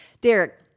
Derek